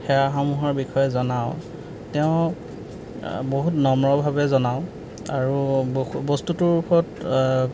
সেৱাসমূহৰ বিষয়ে জনাও তেওঁক বহুত নম্ৰভাৱে জনাওঁ আৰু বস্তুটোৰ ওপৰত